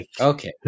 okay